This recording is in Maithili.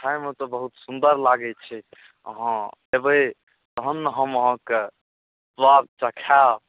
खाइमे तऽ बहुत सुन्दर लागै छै हँ अएबे तहन ने हम अहाँके सुआद चखाएब